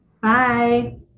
Bye